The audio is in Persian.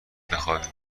بخوابیم